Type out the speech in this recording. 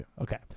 Okay